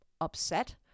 upset